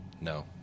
No